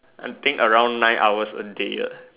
I think around nine hours a day